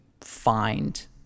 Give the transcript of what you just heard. find